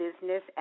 Business